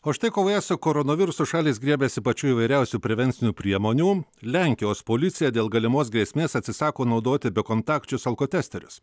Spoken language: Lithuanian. o štai kovoje su koronavirusu šalys griebiasi pačių įvairiausių prevencinių priemonių lenkijos policija dėl galimos grėsmės atsisako naudoti bekontakčius alkotesterius